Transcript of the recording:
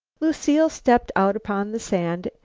lucile stepped out upon the sand,